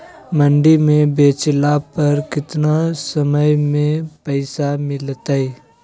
मंडी में बेचला पर कितना समय में पैसा मिलतैय?